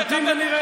נמתין ונראה.